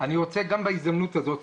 אני רוצה רק בהזדמנות הזאת,